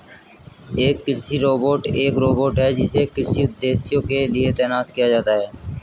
एक कृषि रोबोट एक रोबोट है जिसे कृषि उद्देश्यों के लिए तैनात किया जाता है